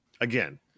again